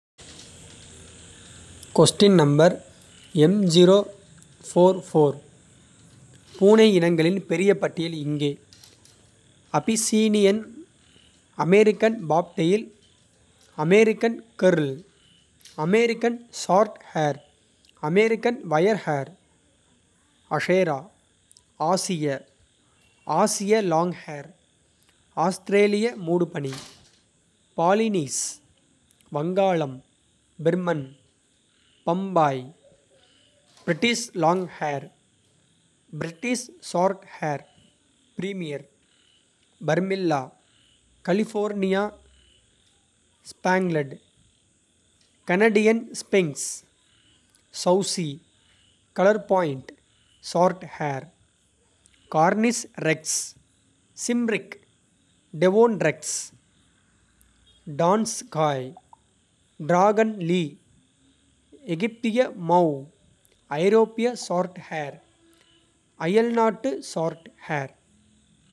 பூனை இனங்களின் பெரிய பட்டியல் இங்கே Abyssinian. American bobtail American curl. American shorthair American wirehair. Ashera ஆசிய ஆசிய லாங்ஹேர் ஆஸ்திரேலிய மூடுபனி. பாலினீஸ் வங்காளம் Birman Bombay. British longhair British shorthair. பர்மியர் Burmilla California. Canadian sphynx Chausie. Colourpoint shorthair Cornish Rex. Cymric Devon Rex Donskoy. Dragon Li எகிப்திய Mau. ஐரோப்பிய shorthair அயல்நாட்டு ஷார்ட்ஹேர்.